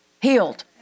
healed